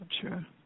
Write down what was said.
Sure